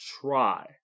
try